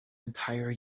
entire